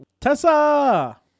Tessa